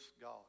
God